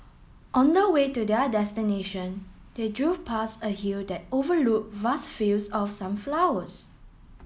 on the way to their destination they drove past a hill that overlooked vast fields of sunflowers